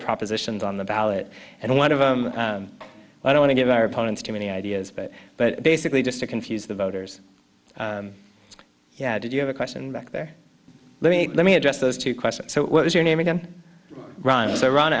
propositions on the ballot and one of them what i want to give our opponents too many ideas but basically just to confuse the voters yeah did you have a question back there let me let me address those two questions so what is your name again ron